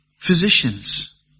physicians